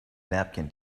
napkin